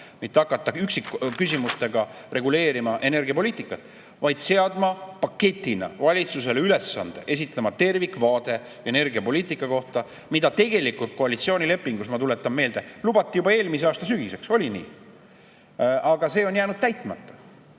mitte hakata üksikküsimustega reguleerima energiapoliitikat, vaid seadma paketina valitsusele ülesanne esitada tervikvaade energiapoliitika kohta, mida tegelikult koalitsioonilepingus, ma tuletan meelde, lubati juba eelmise aasta sügiseks. Oli nii?! Aga see on jäänud täitmata.